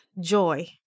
Joy